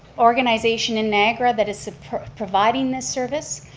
organization in niagara that is providing this service.